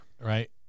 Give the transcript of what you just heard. Right